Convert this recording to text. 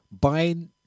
buying